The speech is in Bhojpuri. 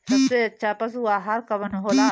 सबसे अच्छा पशु आहार कवन हो ला?